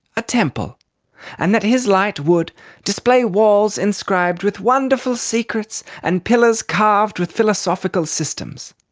a temple and that his light would display walls inscribed with wonderful secrets and pillars carved with philosophical systems.